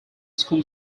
school